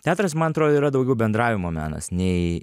teatras man atrodo yra daugiau bendravimo menas nei